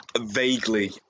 Vaguely